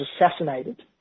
assassinated